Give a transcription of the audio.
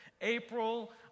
April